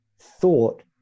thought